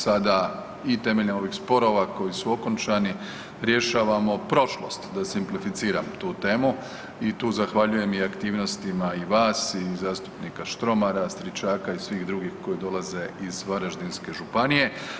Sada i temeljem ovih sporova koji su okončani rješavamo prošlost da se simplificiram tu temu i tu zahvaljujem i aktivnostima i vas i zastupnika Štromara, Stričaka i svih drugih koji dolaze iz Varaždinske županije.